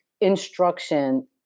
instruction